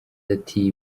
ati